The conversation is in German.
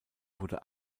wurde